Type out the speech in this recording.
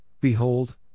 Behold